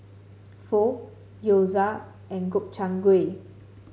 Pho Gyoza and Gobchang Gui